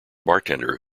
bartender